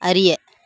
அறிய